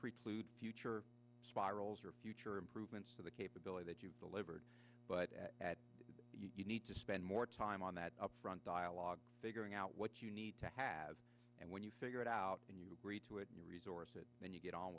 preclude future spirals or future improvements for the capability that you've delivered but you need to spend more time on that upfront dialogue figuring out what you need to have and when you figure it out and you agree to it in your resources then you get on